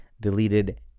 deleted